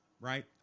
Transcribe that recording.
right